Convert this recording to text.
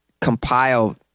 compile